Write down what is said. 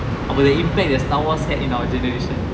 about the impact that star wars had in our generation